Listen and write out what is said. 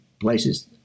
places